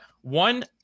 one